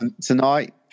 Tonight